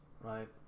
right